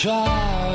Try